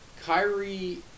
Kyrie